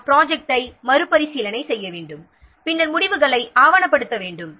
நாம் ப்ராஜெக்ட்டை மறு பரிசீலனை செய்ய வேண்டும் பின்னர் முடிவுகளை ஆவணப்படுத்த வேண்டும்